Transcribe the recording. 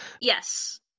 Yes